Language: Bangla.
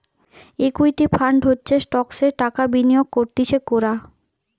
ইকুইটি ফান্ড হচ্ছে স্টকসে টাকা বিনিয়োগ করতিছে কোরা